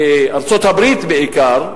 בארצות-הברית בעיקר,